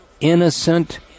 innocent